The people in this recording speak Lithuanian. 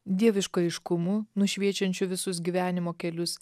dievišku aiškumu nušviečiančiu visus gyvenimo kelius